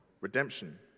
redemption